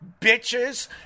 bitches